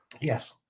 Yes